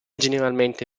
generalmente